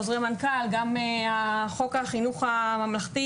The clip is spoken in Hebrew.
חוזרי מנכ"ל וגם חוק החינוך הממלכתי,